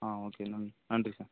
ஆ okay நன்றி நன்றி sir